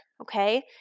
Okay